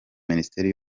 minisiteri